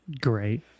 Great